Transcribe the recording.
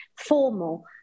formal